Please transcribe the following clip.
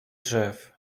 drzew